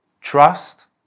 trust